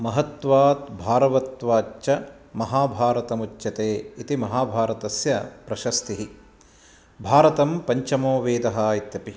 महत्वात् भारवत्वाच्च महाभारतमुच्यते इति महाभारतस्य प्रशस्तिः भारतं पञ्चमो वेदः इत्यपि